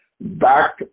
back